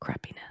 crappiness